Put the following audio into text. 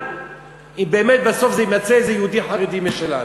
אם באמת בסוף יימצא שזה איזה יהודי חרדי משלנו.